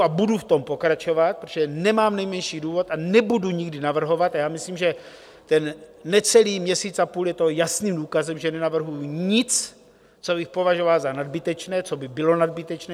A budu v tom pokračovat, protože nemám nejmenší důvod a nebudu nikdy navrhovat, a já myslím, že ten necelý měsíc a půl je toho jasným důkazem, že nenavrhuji nic, co bych považoval za nadbytečné, co by bylo nadbytečné.